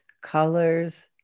colors